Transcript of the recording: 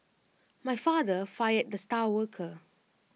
my father fired the star worker